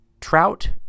Trout